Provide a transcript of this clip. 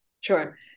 Sure